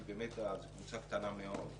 כי באמת זו קבוצה קטנה מאוד.